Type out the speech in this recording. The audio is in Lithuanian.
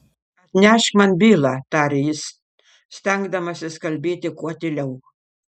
atnešk man bylą tarė jis stengdamasis kalbėti kuo tyliau